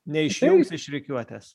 neišjungs iš rikiuotės